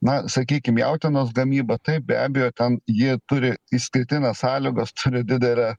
na sakykim jautienos gamybą taip be abejo ten ji turi išskirtines sąlygas turi didelę